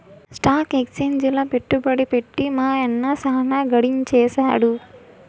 stock ఎక్సేంజిల పెట్టుబడి పెట్టి మా యన్న సాన గడించేసాడు